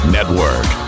Network